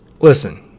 listen